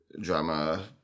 drama